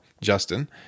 Justin